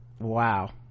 wow